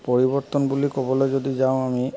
পৰিৱৰ্তন বুলি ক'বলৈ যদি যাওঁ আমি